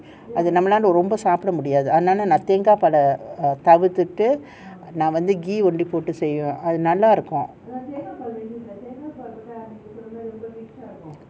அதனால அத நம்பளால ரொம்ப சாப்ட முடியாது அதுனால நா தேங்காபால தவிர்த்துட்டு:athanala aatha nambalaaala romba saapda mudiyaathu athunaala naa thengaa paala thavirthuttu ghee ஒண்டி போட்டு செய்வேன் அது ரொம்ப நல்லா இருக்கும்:ondi poattu seiven athu romba nalla irukkum